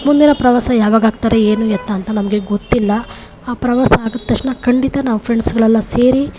ಮುಂದಿನ ಪ್ರವಾಸ ಯಾವಾಗ ಹಾಕ್ತಾರೆ ಏನು ಎತ್ತ ಅಂತ ನಮಗೆ ಗೊತ್ತಿಲ್ಲ ಆ ಪ್ರವಾಸ ಆಗಿದ್ದ ತಕ್ಷಣ ಖಂಡಿತ ನಾವು ಫ್ರೆಂಡ್ಸ್ಗಳೆಲ್ಲ ಸೇರಿ